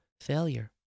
failure